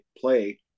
play